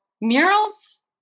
murals